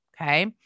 okay